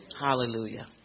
Hallelujah